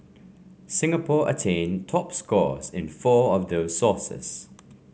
Singapore attained top scores in four of those sources